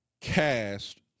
cast